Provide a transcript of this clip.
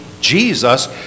Jesus